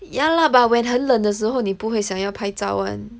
yah lah but when 很冷的时候你不会想要拍照 [one]